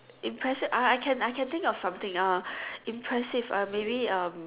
impressive I I can I can think of something uh impressive uh maybe um